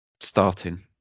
starting